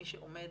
מי שעומד